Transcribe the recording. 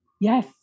Yes